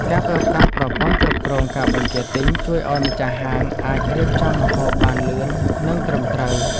ការប្រើប្រាស់ប្រព័ន្ធគ្រប់គ្រងការបញ្ជាទិញជួយឱ្យម្ចាស់ហាងអាចរៀបចំម្ហូបបានលឿននិងត្រឹមត្រូវ។